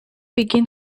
begin